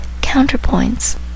counterpoints